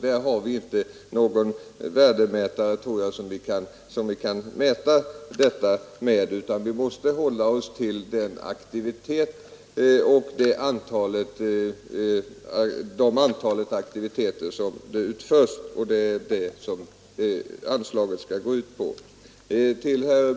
Där har vi alltså inte någon värdemätare, utan vi måste hålla oss till antalet aktiviteter som utövas, och det är också för sådana som anslagen utgår.